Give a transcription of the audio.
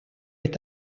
est